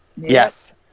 Yes